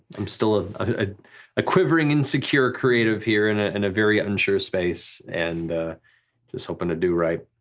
i'm still ah ah a quivering insecure creative here in ah and a very unsure space, and just hoping to do right.